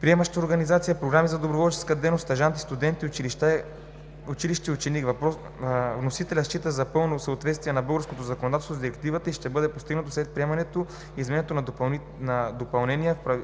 „приемаща организация“, „програма за доброволческа дейност“, „стажант“, „студент“, „училище“ и „ученик“. Вносителят счита, че пълно съответствие на българското законодателство с Директивата ще бъде постигнато след приемането и на изменения и допълнения в